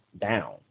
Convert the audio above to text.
down